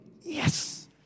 yes